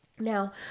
Now